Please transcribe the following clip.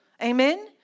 Amen